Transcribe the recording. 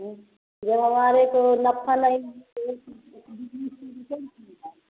जब हमारे को नफा नहीं जाए